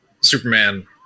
Superman